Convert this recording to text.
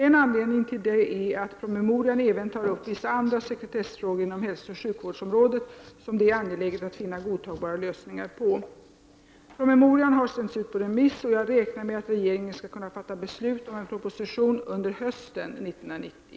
En anledning till detta är att promemorian även tar upp vissa andra sekretessfrågor inom hälsooch sjukvårdsområdet som det är angeläget att finna godtagbara lösningar på. Promemorian har sänts ut på remiss. Jag räknar med att regeringen skall kunna fatta beslut om en proposition under hösten 1990.